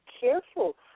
careful